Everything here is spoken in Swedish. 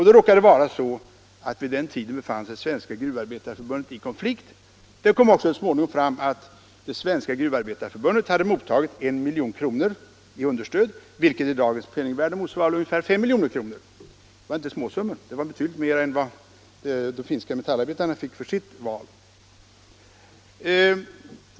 Det råkade också vara så att det svenska gruvindustriarbetarförbundet vid den tiden befann sig i konflikt. Det kom så småningom också fram att detta förbund hade mottagit 1 milj.kr. i understöd, vilket i dagens penningvärde motsvarar ungefär 5 milj.kr. Det var inte småsummor, utan betydligt mera än vad de finska metallarbetarna fick för sitt val.